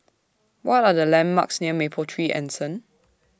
What Are The landmarks near Mapletree Anson